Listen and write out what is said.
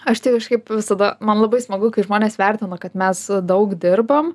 aš tai kažkaip visada man labai smagu kai žmonės vertina kad mes daug dirbam